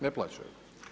Ne plaćaju.